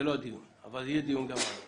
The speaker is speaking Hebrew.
זה לא הדיון, אבל יהיה דיון גם על זה.